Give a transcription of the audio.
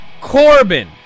Corbin